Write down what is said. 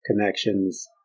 connections